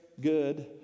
good